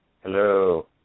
Hello